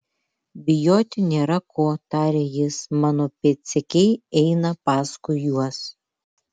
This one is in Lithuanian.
bijoti nėra ko tarė jis mano pėdsekiai eina paskui juos